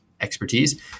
expertise